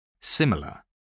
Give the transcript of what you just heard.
similar